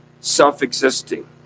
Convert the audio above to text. self-existing